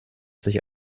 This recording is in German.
sich